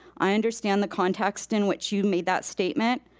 i understand the context in which you made that statement,